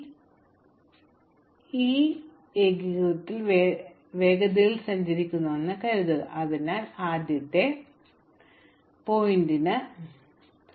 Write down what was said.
തീ ഏകീകൃത വേഗതയിൽ സഞ്ചരിക്കുന്നുവെന്ന് കരുതുക അത് ആദ്യം ഏറ്റവും ചെറിയതും ഏറ്റവും അടുത്തതുമായ ശീർഷകത്തിൽ എത്തും